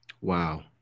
Wow